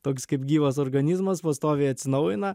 toks kaip gyvas organizmas pastoviai atsinaujina